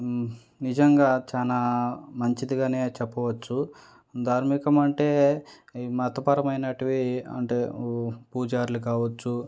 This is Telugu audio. నిజంగా చాలా మంచిదిగానే చెప్పవచ్చు ధార్మికమంటే మతపరమైనటివి అంటే పూజార్లు కావచ్చు